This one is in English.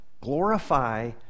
glorify